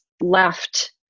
left